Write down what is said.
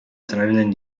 drowning